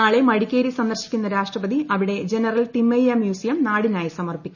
നാളെ മടിക്കേരി സന്ദർശിക്കുന്ന രാഷ്ട്രപതി അവിടെ ജനറൽ തിമയ്യ മ്യൂസിയം നാടിനായി സമർപ്പിക്കും